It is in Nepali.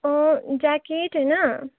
ज्याकेट होइन